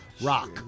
rock